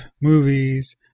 movies